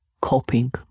coping